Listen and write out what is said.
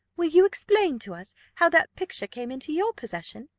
will you explain to us how that picture came into your possession,